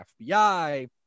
FBI